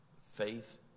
faith